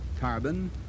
carbon